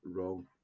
wrong